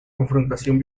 confrontación